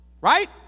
Right